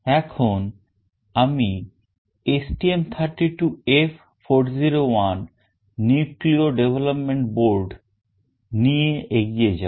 এখন আমি STM32F401 Nucleo development board নিয়ে এগিয়ে যাব